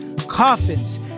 coffins